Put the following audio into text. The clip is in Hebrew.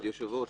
כבוד היושב-ראש,